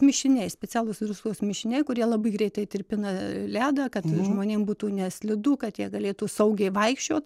mišiniai specialūs druskos mišiniai kurie labai greitai tirpina ledą kad žmonėm būtų neslidu kad jie galėtų saugiai vaikščiot